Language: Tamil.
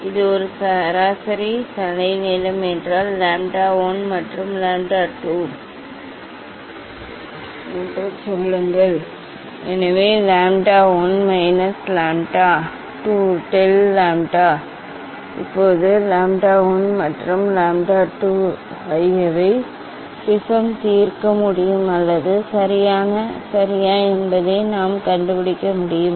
இது ஒரு சராசரி அலைநீளம் என்றால் லாம்ப்டா 1 மற்றும் லாம்ப்டா 2 என்று சொல்லுங்கள் எனவே lambda 1 minus lambda 2 del lambda இப்போது லாம்ப்டா 1 மற்றும் லாம்ப்டா 2 ஆகியவை ப்ரிஸம் தீர்க்க முடியுமா அல்லது சரியா என்பதை நாம் கண்டுபிடிக்க முடியும்